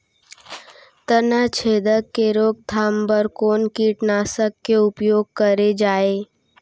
तनाछेदक के रोकथाम बर कोन कीटनाशक के उपयोग करे जाये?